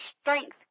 strength